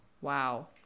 Wow